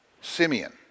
Simeon